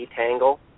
detangle